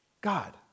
God